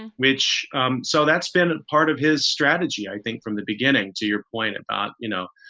and which um so that's been a part of his strategy, i think, from the beginning. to your point about, you know,